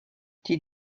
die